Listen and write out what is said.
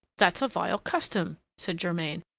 that's a vile custom, said germain,